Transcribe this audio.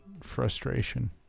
frustration